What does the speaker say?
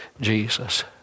Jesus